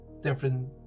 different